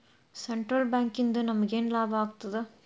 Central ಬ್ಯಾಂಕಿಂದ ನಮಗೇನ್ ಲಾಭಾಗ್ತದ?